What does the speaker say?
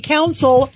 Council